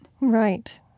Right